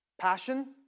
passion